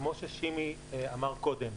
כמו ששימי אמר קודם,